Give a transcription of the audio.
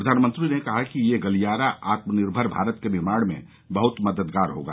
प्रधानमंत्री ने कहा कि यह गलियारा आत्मनिर्भर भारत के निर्माण में बहुत मददगार होगा